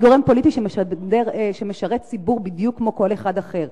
אני גורם פוליטי שמשרת ציבור בדיוק כמו כל אחד אחר.